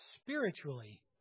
spiritually